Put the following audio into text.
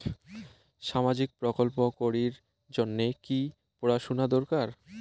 সামাজিক প্রকল্প করির জন্যে কি পড়াশুনা দরকার?